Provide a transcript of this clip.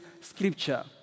scripture